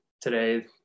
today